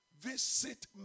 Visit